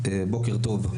בוקר טוב,